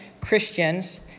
Christians